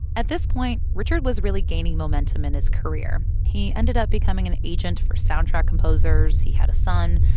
at this point, richard was really gaining momentum in his career. he ended up becoming an agent for soundtrack composers. he had a son.